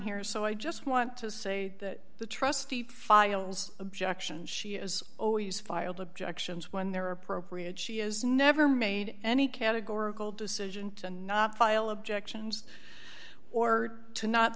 here so i just want to say that the trustee files objection she is always filed objections when they're appropriate she has never made any categorical decision to not file objections or to not